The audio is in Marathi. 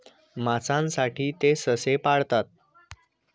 मांसासाठी ते ससे पाळतात